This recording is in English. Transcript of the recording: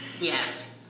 Yes